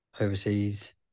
overseas